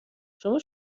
شما